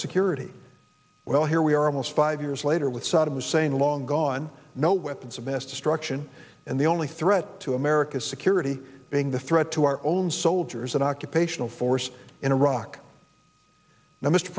security well here we are almost five years later with saddam hussein long gone no weapons of mass destruction and the only threat to america's security being the threat to our own soldiers an occupational force in iraq now mr